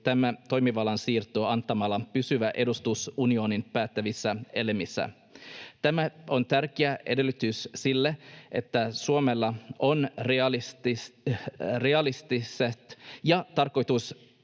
tämä toimivallan siirto antamalla pysyvä edustus unionin päättävissä elimissä. Tämä on tärkeä edellytys sille, että Suomella on realistiset ja